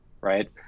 right